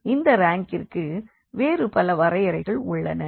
இந்த ரேங்கிற்கு வேறு பல வரையறைகள் உள்ளன